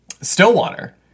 Stillwater